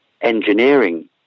engineering